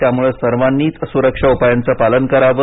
त्यामुळे सर्वांनीच सुरक्षा उपायांचं पालन करावं